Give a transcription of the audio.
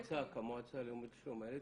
כמועצה הלאומית לשלום הילד,